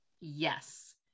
yes